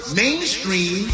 mainstream